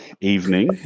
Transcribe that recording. evening